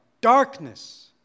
Darkness